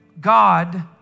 God